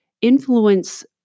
influence